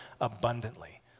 abundantly